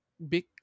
big